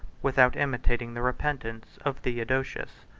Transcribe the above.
without imitating the repentance, of theodosius.